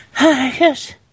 Yes